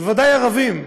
ובוודאי ערבים.